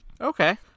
Okay